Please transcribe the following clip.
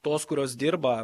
tos kurios dirba